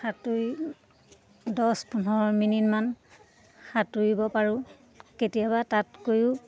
সাঁতুৰি দহ পোন্ধৰ মিনিটমান সাঁতুৰিব পাৰোঁ কেতিয়াবা তাতকৈও